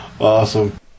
awesome